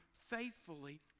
faithfully